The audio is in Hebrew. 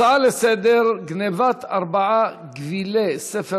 הצעות לסדר-היום: גנבת ארבעה גווילי ספרי